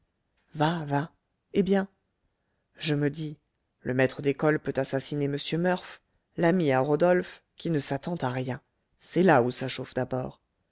eh bien je me dis le maître d'école peut assassiner m murph l'ami à rodolphe qui ne s'attend à rien c'est là où ça chauffe d'abord